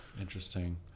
Interesting